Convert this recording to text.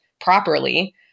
properly